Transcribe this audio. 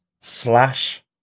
slash